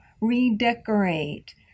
redecorate